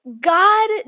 God